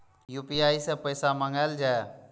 UPI सै पैसा मंगाउल जाय?